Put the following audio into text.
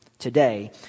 today